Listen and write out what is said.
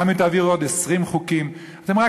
גם אם תעבירו עוד 20 חוקים אתם רק